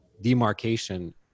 demarcation